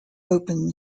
open